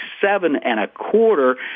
seven-and-a-quarter